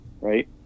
right